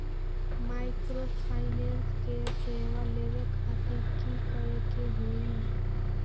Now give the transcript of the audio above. Microfinance के सेवा लेबे खातीर की करे के होई?